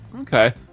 okay